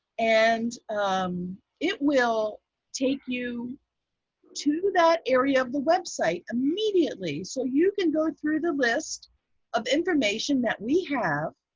and it will take you to that area of the website immediately so you can go through the list of information that we have